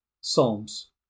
Psalms